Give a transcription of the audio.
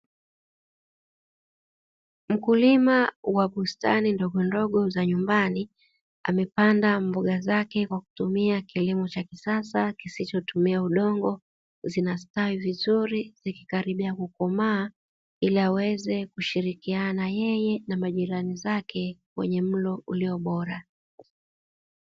Mkulima wa bustani ndogondogo za nyumbani, amepanda mboga zake kwa kutumia kilimo cha kisasa kisichotumia udongo, zinastawi vizuri zikikaribia kukomaa ili aweze kushirikiana yeye na majirani zake kwenye mlo ulio bora.